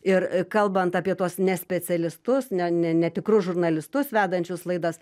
ir kalbant apie tuos ne specialistus ne ne netikrus žurnalistus vedančius laidas